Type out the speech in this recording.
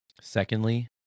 Secondly